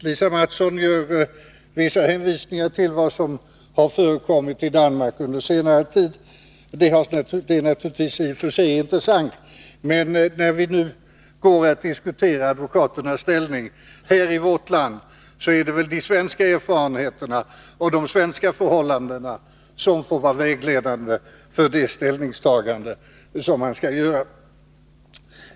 Lisa Mattson gör vissa hänvisningar till vad som har förekommit i Danmark under senare tid. Det är naturligtvis i och för sig intressant, men när vi nu går att diskutera advokaternas ställning här i vårt land, är det väl de svenska erfarenheterna och de svenska förhållandena som får vara vägledande för vårt ställningstagande.